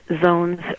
zones